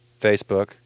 Facebook